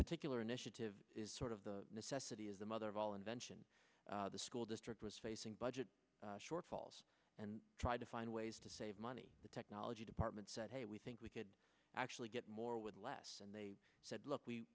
particular initiative is sort of the necessity is the mother of all invention the school district was facing budget shortfalls and tried to find ways to save money the technology department said hey we think we could actually get more with less and they said look we